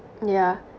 yeah